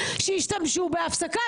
שהשתמשו בהפסקה.